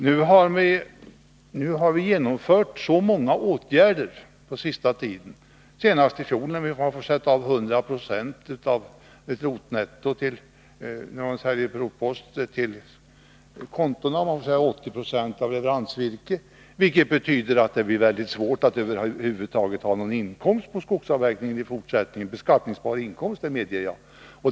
Vi har på senare tid genomfört många åtgärder på skogsbrukets område — senast i fjol beslöts det att man får sätta av 100 90 på skogskonto när man säljer rotposter och 80 26 när man säljer leveransvirke. Det betyder att det blir mycket svårt att i fortsättningen över huvud taget komma upp i någon beskattningsbar inkomst av skogsavverkning — det medger jag.